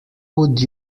would